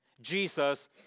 Jesus